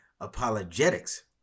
apologetics